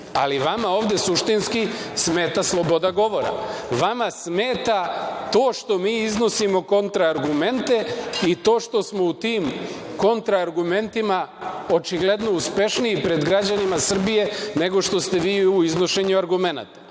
ali vama ovde suštinski smeta sloboda govora. Vama smeta to što mi iznosimo kontra argumente i to što smo u tim kontra argumentima očigledno uspešniji pred građanima Srbije, nego što ste vi u iznošenju argumenata.